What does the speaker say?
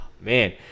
Man